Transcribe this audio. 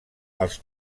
als